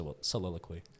soliloquy